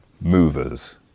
movers